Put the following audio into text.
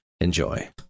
Enjoy